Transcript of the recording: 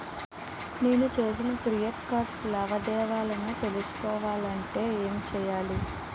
నేను చేసిన credit card లావాదేవీలను తెలుసుకోవాలంటే ఏం చేయాలి?